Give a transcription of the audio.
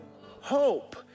hope